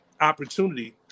opportunity